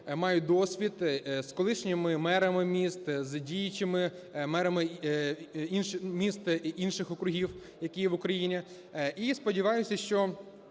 мають досвід, з колишніми мерами міст, з діючими мерами міст і інших округів, які є в Україні. І, сподіваюся, що